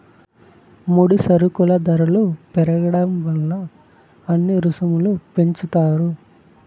ముడి సరుకుల ధరలు పెరగడం వల్ల అన్ని రుసుములు పెంచుతారు